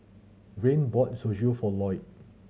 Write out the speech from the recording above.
Rayne bought Zosui for Loyd